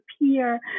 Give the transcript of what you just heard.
appear